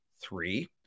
Three